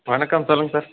வணக்கம் சொல்லுங்க சார்